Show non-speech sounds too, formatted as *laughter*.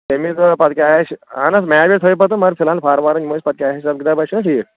تَمی دۄہ پتہٕ کیٛاہ آسہِ اَہن حظ میچ تہِ تھٲیِو پتہٕ مگر فلحال فارم *unintelligible* نِمو أسۍ پتہٕ کیٛاہ حِساب کِتاب آسہِ چھُنا ٹھیٖک